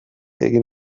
egin